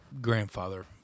grandfather